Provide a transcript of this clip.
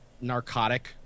narcotic